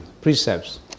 precepts